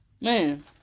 Man